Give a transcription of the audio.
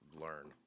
learn